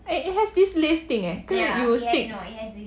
eh it has this listing eh it will stick